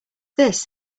this